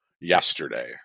yesterday